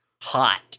hot